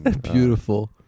Beautiful